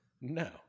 no